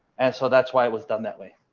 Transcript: so that's why it was done that way.